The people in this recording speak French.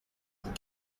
vous